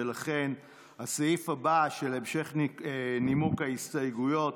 לכן הסעיף הבא, של המשך נימוק ההסתייגויות